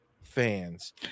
fans